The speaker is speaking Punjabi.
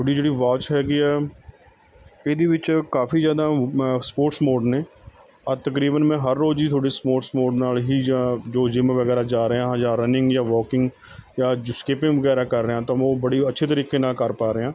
ਤੁਹਾਡੀ ਜਿਹੜੀ ਵਾਚ ਹੈਗੀ ਆ ਇਹਦੇ ਵਿੱਚ ਕਾਫ਼ੀ ਜ਼ਿਆਦਾ ਸਪੋਟਸ ਮੌਡ ਨੇ ਤਕਰੀਬਨ ਮੈਂ ਹਰ ਰੋਜ਼ ਹੀ ਤੁਹਾਡੇ ਸਪੋਟਸ ਮੋਡ ਨਾਲ਼ ਹੀ ਜਾਂ ਜੋ ਜਿੰਮ ਵਗੈਰਾ ਜਾ ਰਿਹਾ ਜਾਂ ਰਿਹਾ ਹਾਂ ਰਨਿੰਗ ਜਾਂ ਵੋਕਿੰਗ ਜਾਂ ਸਕੀਪਿੰਗ ਵਗੈਰਾ ਕਰ ਰਿਹਾ ਤਾਂ ਉਹ ਬੜੀ ਅੱਛੇ ਤਰੀਕੇ ਨਾਲ਼ ਕਰ ਪਾ ਰਿਹਾ